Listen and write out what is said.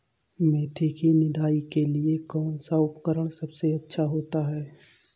मेथी की निदाई के लिए कौन सा उपकरण सबसे अच्छा होता है?